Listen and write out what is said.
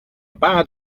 bad